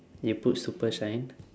you put super shine